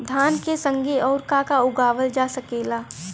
धान के संगे आऊर का का उगावल जा सकेला?